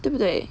对不对